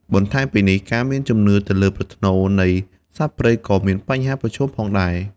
បន្ថែមពីនេះ ការមានជំនឿទៅលើប្រផ្នូលនៃសត្វព្រៃក៏មានបញ្ហាប្រឈមផងដែរ។